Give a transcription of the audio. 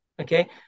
okay